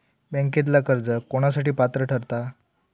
बँकेतला कर्ज कोणासाठी पात्र ठरता?